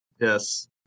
Yes